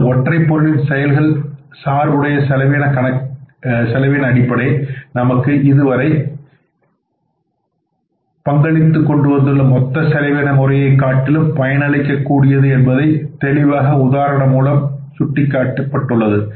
இந்த ஒற்றை பொருளின் செயல்கள் சார்புடைய செலவின அடிப்படை நமக்கு இவ்வாறு இதுவரை பங்களித்து கொண்டுவந்துள்ள மொத்த செலவின முறையை காட்டிலும் பயனளிக்கக் கூடியது என்பதை தெளிவாக உதாரணம் மூலமாக சுட்டிக்காட்டப்பட்டுள்ளது